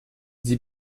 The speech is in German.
sie